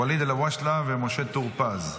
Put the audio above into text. ואליד אלהואשלה ומשה טור פז.